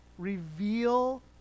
Reveal